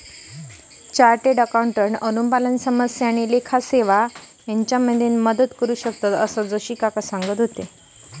chartered accountant अनुपालन समस्या आणि लेखा सेवा हेच्यामध्ये मदत करू शकतंत, असा जोशी काका सांगत होते